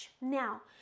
now